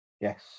Yes